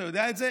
אתה יודע את זה,